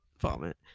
vomit